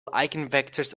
eigenvectors